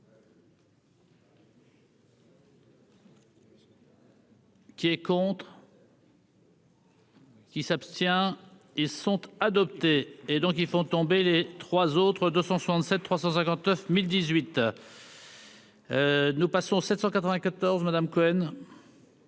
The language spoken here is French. Qui est contre. Qui s'abstient ils sont adoptés et donc ils font tomber les 3 autres 267 359018. Nous passons 794 Madame Cohen.